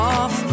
off